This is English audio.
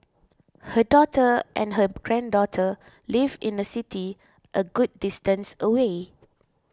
her daughter and her granddaughter live in a city a good distance away